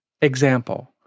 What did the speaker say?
Example